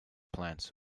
plant